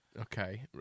Okay